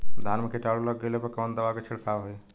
धान में कीटाणु लग गईले पर कवने दवा क छिड़काव होई?